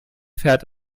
fährt